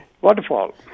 waterfall